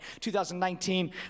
2019